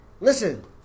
Listen